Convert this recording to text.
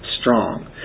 strong